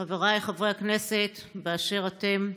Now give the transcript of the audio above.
חבריי חברי הכנסת באשר אתם,